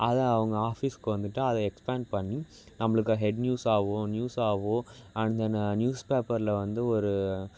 அதை அவங்க ஆஃபீஸ்க்கு வந்துட்டு அதை எக்ஸ்பேண்ட் பண்ணி நம்மளுக்கு ஹெட் நியூஸ்ஸாவும் நியூஸ்ஸாவோ அண்ட் தென் நியூஸ் பேப்பரில் வந்து ஒரு